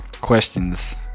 questions